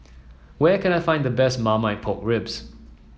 where can I find the best Marmite Pork Ribs